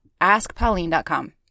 AskPauline.com